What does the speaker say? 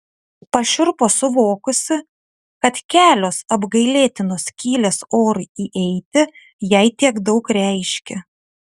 pašiurpo suvokusi kad kelios apgailėtinos skylės orui įeiti jai tiek daug reiškia